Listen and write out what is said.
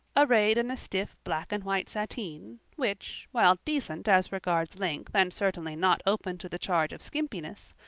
arrayed in the stiff black-and-white sateen, which, while decent as regards length and certainly not open to the charge of skimpiness,